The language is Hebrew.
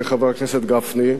חבר הכנסת גפני: